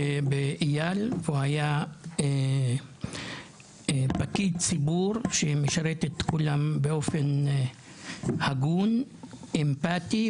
והוא היה פקיד ציבור שמשרת את כולם באופן הגון ואמפתי,